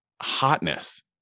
hotness